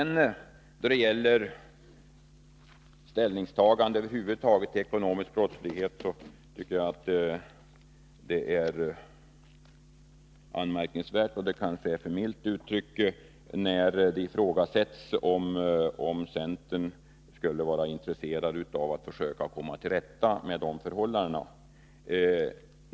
När det sedan gäller ställningstaganden till ekonomisk brottslighet över huvud taget tycker jag att det är anmärkningsvärt — och det kanske är ett för milt uttryck — att man ifrågasätter huruvida centern skulle vara intresserad av att försöka komma till rätta med dessa förhållanden.